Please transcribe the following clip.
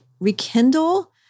rekindle